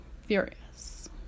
furious